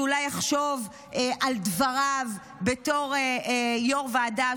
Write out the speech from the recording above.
שאולי יחשוב על דבריו בתור יו"ר ועדה,